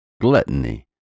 gluttony